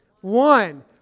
One